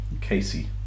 Casey